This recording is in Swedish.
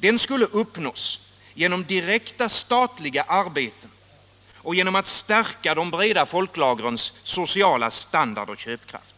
Den skulle uppnås genom direkta statliga arbeten och genom förstärkning av de breda folk Arbetsmarknadspolitiken Arbetsmarknadspolitiken lagrens sociala standard och köpkraft.